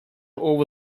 over